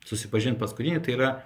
susipažint paskutinį tai yra